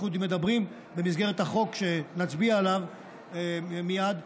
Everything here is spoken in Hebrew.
במסגרת החוק שנצביע עליו מייד,